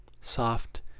Soft